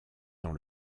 dans